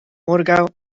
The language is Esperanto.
morgaŭ